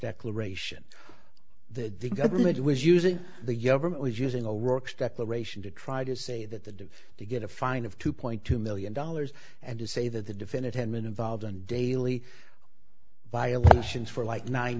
declaration that the government was using the younger man was using a roach declaration to try to say that the due to get a fine of two point two million dollars and to say that the defendant had been involved in daily violations for like nine